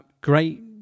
great